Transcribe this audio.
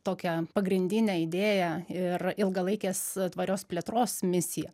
tokią pagrindinę idėją ir ilgalaikės tvarios plėtros misiją